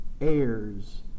heirs